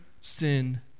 sin